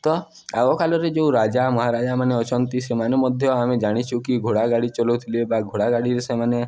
ତ ଆଗକାଳରେ ଯେଉଁ ରାଜା ମହାରାଜା ମାନେ ଅଛନ୍ତି ସେମାନେ ମଧ୍ୟ ଆମେ ଜାଣିଛୁ କି ଘୋଡ଼ା ଗାଡ଼ି ଚଲାଉଥିଲେ ବା ଘୋଡ଼ା ଗାଡ଼ିରେ ସେମାନେ